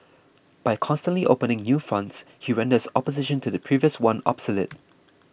by constantly opening new fronts he renders opposition to the previous one obsolete